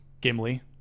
Gimli